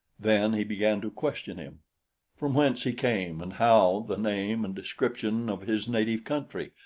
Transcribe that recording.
then he began to question him from whence he came and how, the name and description of his native country,